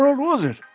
was it?